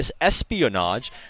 espionage